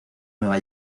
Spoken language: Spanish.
nueva